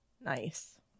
Nice